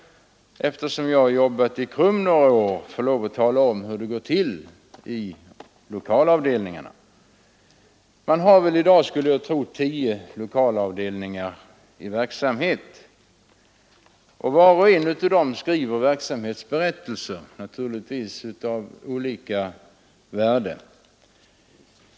Eftersom jag har jobbat i KRUM några år kan jag tala om hur det går till i lokalavdelningarna. Man har i dag, skulle jag tro, tio lokalavdelningar i verksamhet. Var och en av dem skriver verksamhetsberättelser, naturligtvis av olika värde.